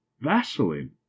Vaseline